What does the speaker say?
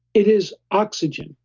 it is oxygen.